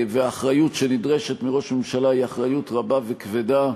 והאחריות שנדרשת מראש ממשלה היא אחריות רבה וכבדה,